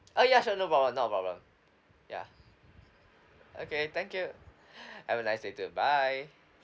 oh ya sure no problem not a problem ya okay thank you have a nice day too bye